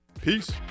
Peace